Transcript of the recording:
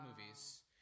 movies